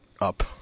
up